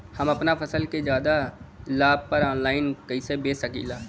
हम अपना फसल के ज्यादा लाभ पर ऑनलाइन कइसे बेच सकीला?